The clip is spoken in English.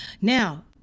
Now